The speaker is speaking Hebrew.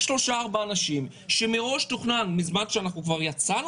3-4 אנשים שמראש תוכנן בזמן שכבר יצאנו